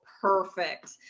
perfect